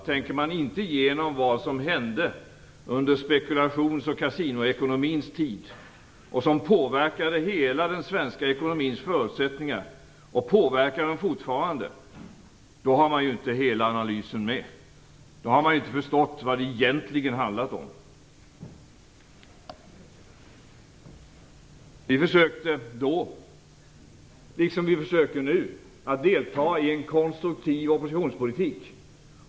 Tänker man inte igenom vad som hände under spekulations och kasinoekonomins tid och som har påverkat och fortfarande påverkar hela den svenska ekonomins förutsättningar, har man inte gjort en fullständig analys. Då har man inte förstått vad det egentligen handlat om. Vi försökte då liksom vi nu försöker att delta i en konstruktiv oppositionspolitik.